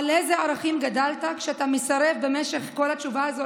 על איזה ערכים גדלת כשאתה מסרב במשך כל התשובה הזאת